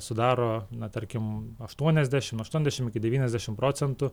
sudaro na tarkim aštuoniasdešim aštuoniasdešim iki devyniasdešim procentų